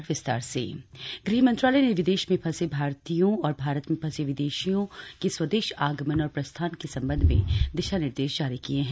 विदेशों से वापसी गृह मंत्रालय ने विदेश में फंसे भारतीयों और भारत में फंसे विदेशियों के स्वदेश आगमन और प्रस्थान के संबंध में दिशा निर्देश जारी किये हैं